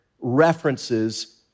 references